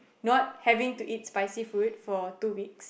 not having to eat spicy food for two weeks